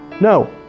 No